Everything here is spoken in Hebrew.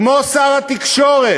כמו שר התקשורת,